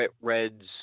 reds